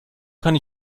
kann